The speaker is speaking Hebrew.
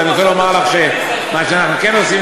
אז אני רוצה לומר לך שמה שאנחנו כן עושים